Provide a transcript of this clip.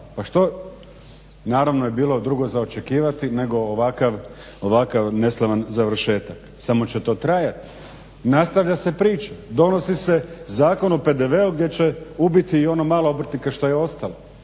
Pa što, naravno, je bilo drugo za očekivati nego ovakav neslavan završetak? Samo će to trajati. Nastavlja se priča, donosi se Zakon o PDV-u gdje će ubiti i ono malo obrtnika što je ostalo.